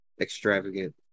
extravagant